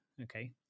okay